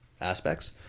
aspects